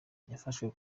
yafashwe